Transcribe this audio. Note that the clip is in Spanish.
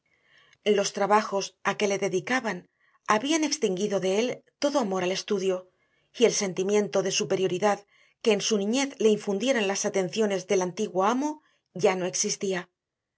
disipado los trabajos a que le dedicaban habían extinguido de él todo amor al estudio y el sentimiento de superioridad que en su niñez le infundieran las atenciones del antiguo amo ya no existía